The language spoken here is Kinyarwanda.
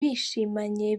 bishimanye